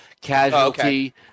casualty